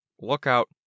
Lookout